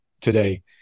today